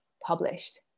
published